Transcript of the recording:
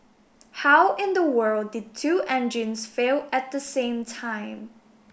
how in the world did two engines fail at the same time